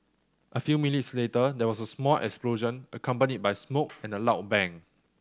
a few minutes later there was a small explosion accompanied by smoke and a loud bang